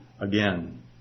again